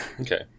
Okay